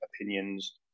opinions